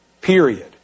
period